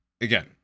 Again